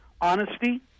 honesty